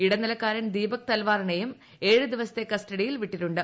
ഇടനിലക്കാരൻ ദീപക് തൃൽവാറിനെയും ഏഴ് ദിവസത്തെ കസ്റ്റഡിയിൽ വിട്ടിട്ടുണ്ട്